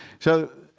so